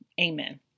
Amen